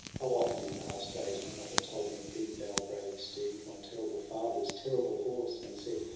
how often, in past days. my mother told me of thee, thou brave steed. my terrible father's terrible horse! and said,